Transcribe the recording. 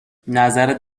نظرت